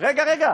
רגע.